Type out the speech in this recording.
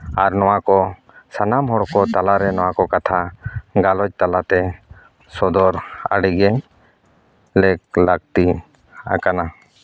ᱟᱨ ᱱᱚᱣᱟ ᱠᱚ ᱥᱟᱱᱟᱢ ᱦᱚᱲ ᱠᱚ ᱛᱟᱞᱟ ᱨᱮ ᱱᱚᱣᱟ ᱠᱚ ᱠᱟᱛᱷᱟ ᱜᱟᱞᱚᱪ ᱛᱟᱞᱟ ᱛᱮ ᱥᱚᱫᱚᱨ ᱟᱹᱰᱤ ᱜᱮ ᱞᱮᱠ ᱞᱟᱹᱠᱛᱤ ᱟᱠᱟᱱᱟ